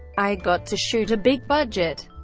i got to shoot a big-budget,